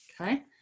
Okay